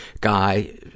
guy